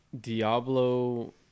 Diablo